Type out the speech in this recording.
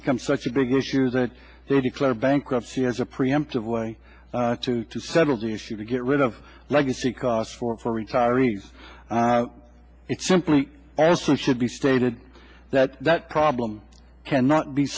become such a big issue that they declare bankruptcy as a preemptive way to to settle the issue to get rid of legacy costs for retirees it simply also should be stated that that problem cannot be